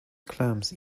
clams